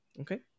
Okay